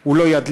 הוא לא ידליף,